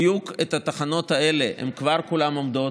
בדיוק התחנות האלה כבר כולן עומדות,